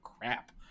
crap